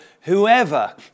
whoever